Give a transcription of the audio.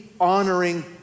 honoring